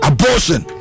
Abortion